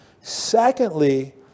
Secondly